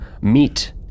meet